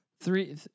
Three